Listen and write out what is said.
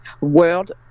world